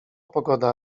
pogoda